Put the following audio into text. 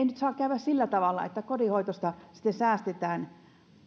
nyt saa käydä sillä tavalla että kotihoidosta sitten säästetään